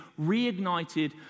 reignited